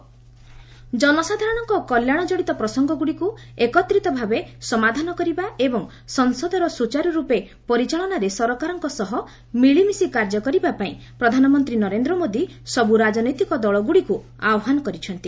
all party meeting ଜନସାଧାରଣଙ୍କ କଲ୍ୟାଣ କଡ଼ିତ ପ୍ରସଙ୍ଗଗୁଡ଼ିକୁ ଏକତ୍ରିତ ଭାବେ ସମାଧାନ କରିବା ଏବଂ ସଂସଦର ସୁଚାରୁରୂପେ ପରିଚାଳନାରେ ସରକାରଙ୍କ ସହ ମିଳିମିଶି କାର୍ଯ୍ୟ କରିବାପାଇଁ ପ୍ରଧାନମନ୍ତ୍ରୀ ନରେନ୍ଦ୍ର ମୋଦି ସବୂ ରାଜନୈତିକ ଦଳଗୁଡ଼ିକୁ ଆହ୍ୱାନ କରିଛନ୍ତି